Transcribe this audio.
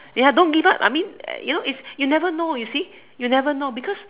ya don't give up I mean you know it's you'll never know you see you'll never know because